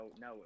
no